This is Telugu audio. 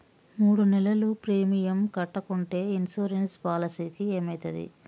మూడు నెలలు ప్రీమియం కట్టకుంటే ఇన్సూరెన్స్ పాలసీకి ఏమైతది?